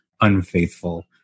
unfaithful